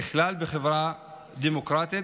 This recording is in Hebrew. ככלל, בחברה דמוקרטית,